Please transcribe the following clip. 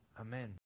Amen